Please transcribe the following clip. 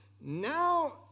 Now